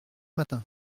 matin